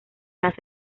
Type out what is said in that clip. nace